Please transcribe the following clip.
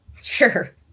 Sure